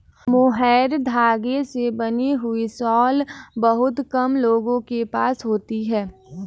mohair धागे से बनी हुई शॉल बहुत कम लोगों के पास होती है